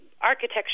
architecture